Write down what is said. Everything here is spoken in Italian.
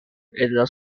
della